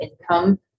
income